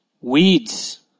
Weeds